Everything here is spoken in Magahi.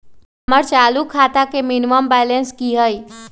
हमर चालू खाता के मिनिमम बैलेंस कि हई?